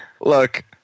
look